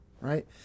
right